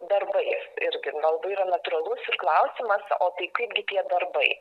darbais irgi nu labai yra natūralus ir klausimas o tai kaipgi tie darbai